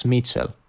Mitchell